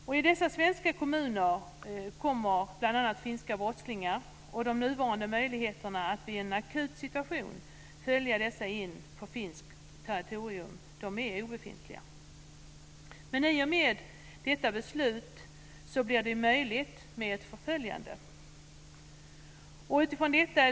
Möjligheterna att från de nämnda svenska kommunerna i en akut situation förfölja finska brottslingar in på finskt territorium är för närvarande obefintliga, men i och med beslutet om Schengensamarbetet kommer sådana möjligheter att föreligga.